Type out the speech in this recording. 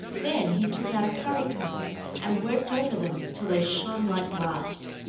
then he took out a currycomb and worked over them till they shone like glass.